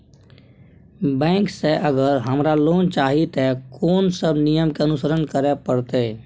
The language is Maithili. बैंक से अगर हमरा लोन चाही ते कोन सब नियम के अनुसरण करे परतै?